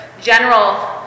general